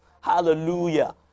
hallelujah